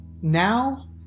now